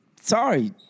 sorry